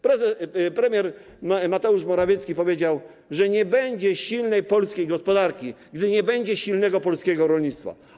Premier Mateusz Morawiecki powiedział, że nie będzie silnej polskiej gospodarki, jeśli nie będzie silnego polskiego rolnictwa.